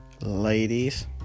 Ladies